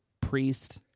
priest